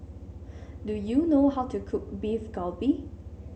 do you know how to cook Beef Galbi